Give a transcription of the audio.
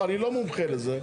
אני לא מומחה לזה.